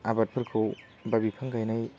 आबादफोरखौ बा बिफां गायनाय